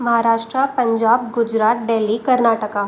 Maharashtra Punjab Gujarat Delhi Karnataka